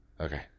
okay